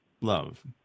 Love